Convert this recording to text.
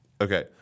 Okay